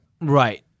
right